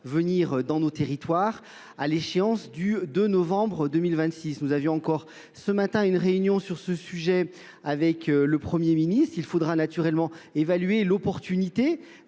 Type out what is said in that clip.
exercer dans nos territoires à partir du 2 novembre 2026. Nous avons eu ce matin encore une réunion sur ce sujet avec le Premier ministre. Il faudra naturellement évaluer l’opportunité